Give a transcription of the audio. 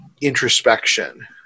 introspection